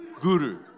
Guru